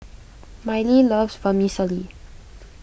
Mylie loves Vermicelli